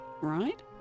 right